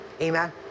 Amen